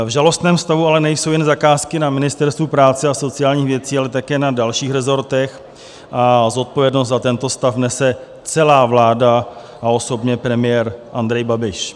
V žalostném stavu ale nejsou jen zakázky na Ministerstvu práce a sociálních věcí, ale také na dalších resortech a zodpovědnost za tento stav nese celá vláda a osobně premiér Andrej Babiš.